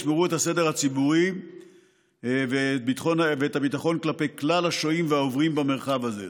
ישמרו את הסדר הציבורי ואת הביטחון של כלל השוהים והעוברים במרחב הזה.